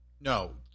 no